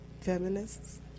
feminists